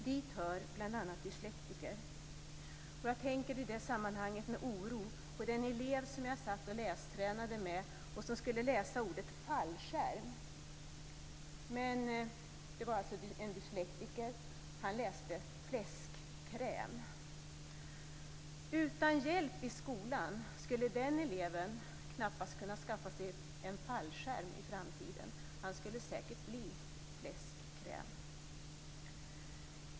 Dit hör bl.a. dyslektiker. Jag tänker i det sammanhanget med oro på den elev som jag lästränade med och som skulle läsa ordet "fallskärm". Det var alltså en dyslektiker. Han läste "fläskkräm". Utan hjälp i skolan skulle den eleven knappast kunna skaffa sig en fallskärm i framtiden. Han skulle säkert bli "fläskkräm".